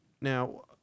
Now